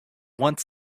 want